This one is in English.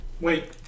Wait